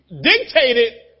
dictated